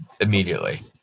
immediately